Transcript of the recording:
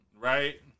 Right